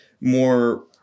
more